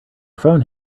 phone